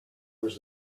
was